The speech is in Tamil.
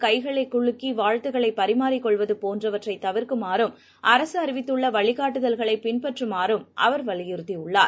கைகளைகுலுக்கிவாழ்த்தக்களைபரிமாறிக் கொள்வதபோன்றவற்றைதவிர்க்குமாறும் அரசுஅறிவித்துள்ளவழிகாட்டுதல்களைபின்பற்றுமாறும் அவர் வலியுறுத்தியுள்ளார்